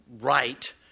right